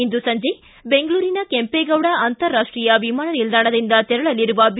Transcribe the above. ಇಂದು ಸಂಜೆ ಬೆಂಗಳೂರಿನ ಕೆಂಪೆಗೌಡ ಅಂತಾರಾಷ್ಟೀಯ ವಿಮಾನ ನಿಲ್ದಾಣದಿಂದ ತೆರಳಲಿರುವ ಬಿ